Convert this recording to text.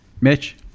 Mitch